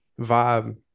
vibe